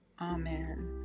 Amen